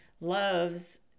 loves